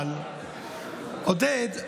אבל עודד,